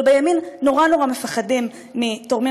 אבל בימין נורא נורא מפחדים מתורמים